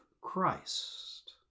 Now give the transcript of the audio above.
Christ